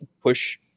push